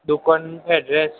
દુકાન અડ્રેસ